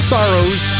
Sorrows